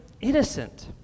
innocent